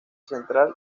central